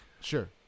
Sure